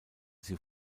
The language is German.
sie